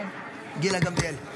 גילה גמליאל.